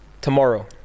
tomorrow